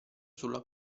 sulla